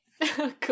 Cool